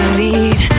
need